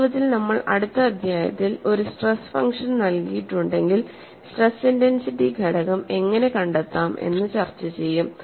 വാസ്തവത്തിൽ നമ്മൾ അടുത്ത അധ്യായത്തിൽ ഒരു സ്ട്രെസ് ഫംഗ്ഷൻ നൽകിയിട്ടുണ്ടെങ്കിൽ സ്ട്രെസ് ഇന്റൻസിറ്റി ഘടകം എങ്ങനെ കണ്ടെത്താം എന്ന് ചർച്ച ചെയ്യും